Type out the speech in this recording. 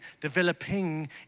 developing